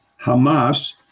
Hamas